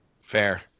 Fair